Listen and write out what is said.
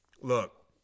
Look